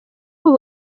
ubu